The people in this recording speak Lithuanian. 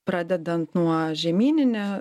pradedant nuo žemyninio